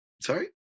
Sorry